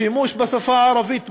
שימוש בשפה הערבית בשילוט,